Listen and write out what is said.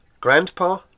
Grandpa